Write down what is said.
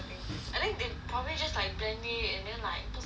I think they put probably just like blend it and then like put some like